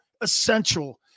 essential